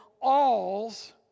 alls